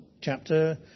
chapter